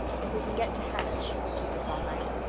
if we can get to hannah's she will keep us all night.